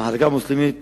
המחלקה המוסלמית